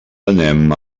anem